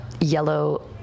yellow